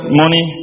money